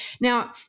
Now